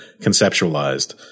conceptualized